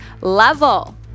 level